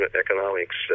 Economics